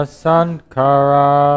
sankara